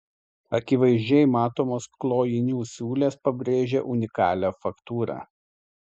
akivaizdžiai matomos klojinių siūlės pabrėžia unikalią faktūrą